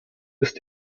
ist